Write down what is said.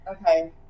Okay